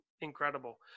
incredible